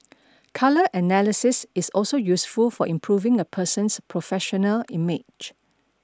colour analysis is also useful for improving a person's professional image